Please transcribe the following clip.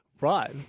Right